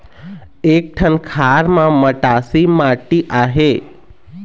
एक ठन खार म मटासी माटी आहे?